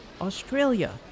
Australia